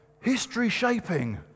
history-shaping